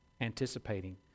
anticipating